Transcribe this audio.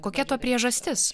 kokia to priežastis